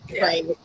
right